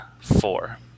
four